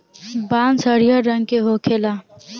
बांस हरियर रंग के होखेला